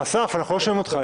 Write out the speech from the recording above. אסף, אנחנו לא שומעים אותך.